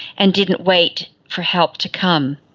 and didn't wait for help to come.